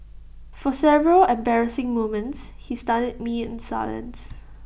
for several embarrassing moments he studied me in silence